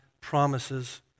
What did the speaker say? promises